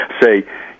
say